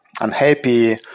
unhappy